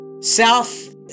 south